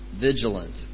vigilant